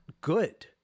good